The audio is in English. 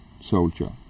soldier